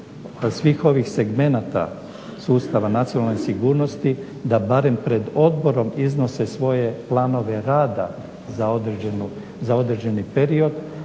svih ovih segmenata sustava nacionalne sigurnosti da barem pred odborom iznose svoje planove rada za određeni period